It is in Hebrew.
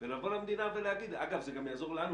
זאת אומרת במקום להגיד לו: קח